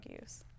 use